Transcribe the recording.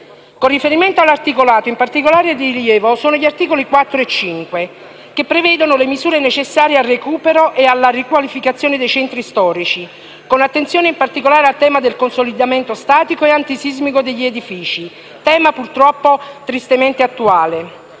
Con riferimento all'articolato, di particolare rilievo sono gli articoli 4 e 5, che prevedono le misure necessarie al recupero e alla riqualificazione dei centri storici, con attenzione in particolare al tema del consolidamento statico e antisismico degli edifici, tema purtroppo tristemente attuale.